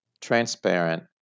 transparent